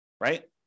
right